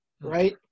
Right